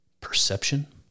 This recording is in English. perception